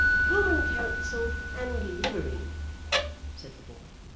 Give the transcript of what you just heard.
common council, and livery said the boy.